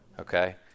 okay